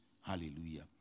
Hallelujah